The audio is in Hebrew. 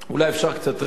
אולי אפשר קצת רקע,